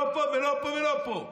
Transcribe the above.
לא פה ולא פה ולא פה.